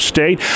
State